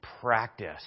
practice